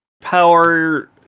Power